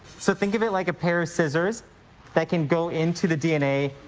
so think of it like a pair of scissors that can go into the dna.